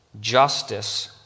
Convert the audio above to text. Justice